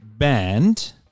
band